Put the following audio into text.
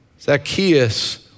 Zacchaeus